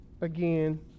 again